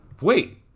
wait